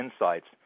insights